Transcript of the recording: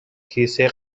کیسه